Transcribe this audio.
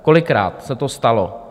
Kolikrát se to stalo?